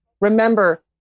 remember